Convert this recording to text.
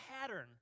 pattern